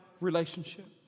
relationship